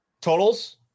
totals